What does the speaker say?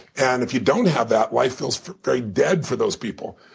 and if you don't have that, life feels very dead for those people.